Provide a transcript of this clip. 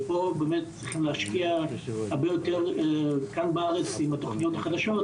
ופה באמת צריכים להשקיע הרבה יותר כאן בארץ עם התכניות החדשות,